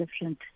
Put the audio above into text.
different